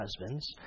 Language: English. husbands